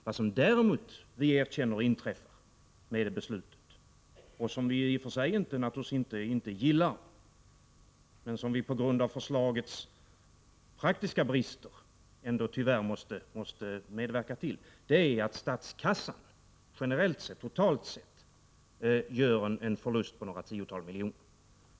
Vad som däremot inträffar genom detta beslut, som vi naturligtvis inte gillar men som vi på grund av förslagets praktiska brister ändå tyvärr måste medverka till, är att statskassan totalt sett gör en förlust på några tiotal miljoner.